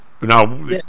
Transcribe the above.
Now